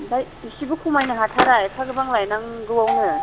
ओमफ्राय एसेबो खमायनो हाथारा एफा गोबां लायनांगौआवनो